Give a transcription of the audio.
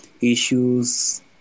issues